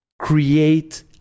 Create